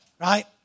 right